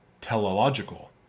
teleological